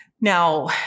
Now